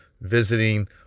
visiting